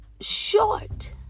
Short